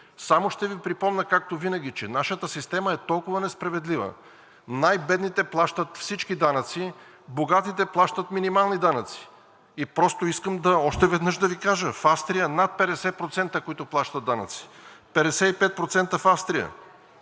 Само ще Ви припомня, както винаги, че нашата система е толкова несправедлива – най бедните плащат всички данъци, богатите плащат минимални данъци. Искам още веднъж да Ви кажа в Австрия над 50%, които плащат данъци – 55% в Австрия;